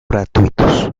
gratuitos